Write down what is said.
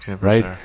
right